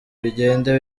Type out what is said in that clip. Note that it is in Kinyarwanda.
bigende